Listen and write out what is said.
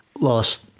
Lost